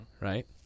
right